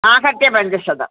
आहत्य पञ्चशतं